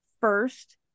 first